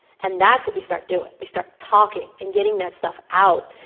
and that's what we start doing we start talking and getting that stuff out,